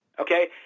Okay